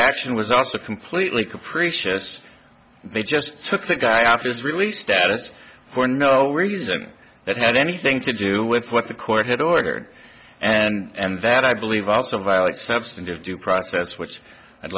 action was also completely capricious they just took the guy at his release status for no reason that had anything to do with what the court had ordered and that i believe also violate substantive due process which i'd